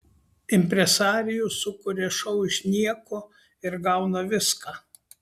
impresarijus sukuria šou iš nieko ir gauna viską